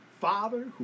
Father